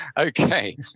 Okay